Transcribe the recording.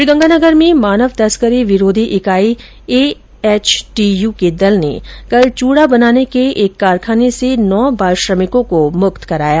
श्रीगंगानगर में मानव तस्करी विरोधी इकाई एएचटीयू के दल ने कल चूड़ा बनाने के कारखाने से नौ बाल श्रमिकों को मुक्त कराया